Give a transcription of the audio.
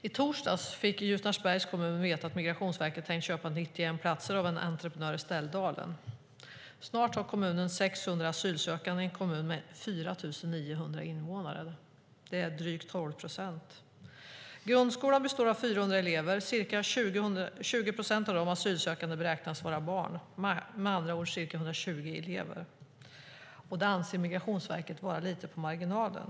I torsdags fick Ljusnarsbergs kommun veta att Migrationsverket tänkt köpa 91 platser av en entreprenör i Ställdalen. Snart har kommunen 600 asylsökande i en kommun med 4 900 invånare. Det är drygt 12 procent. Grundskolan består av 400 elever. Ca 20 procent av de asylsökande beräknas vara barn, med andra ord ca 120 elever. Det anser Migrationsverket vara lite på marginalen.